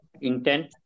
intent